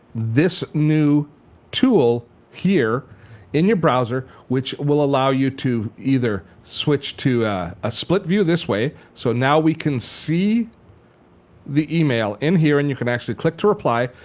this new tool here in your browser, which will allow you to either switch to a split view this way so now we can see the email in here and you can actually click to reply.